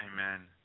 Amen